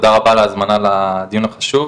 תודה רבה על ההזמנה לדיון החשוב.